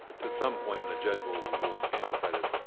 to some point, and the judge will will amplify this,